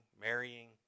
marrying